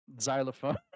Xylophone